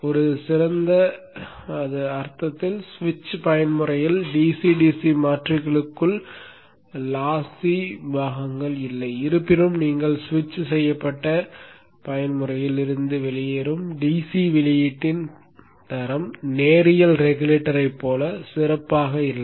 ஒரு சிறந்த அர்த்தத்தில் சுவிட்ச் பயன்முறையில் DC DC மாற்றிகளுக்குள் லாசி பாகங்கள் இல்லை இருப்பினும் நீங்கள் ஸ்விட்ச் செய்யப்பட்ட பயன்முறையில் இருந்து வெளியேறும் DC வெளியீட்டின் தரம் நேரியல் ரெகுலேட்டரைப் போல சிறப்பாக இல்லை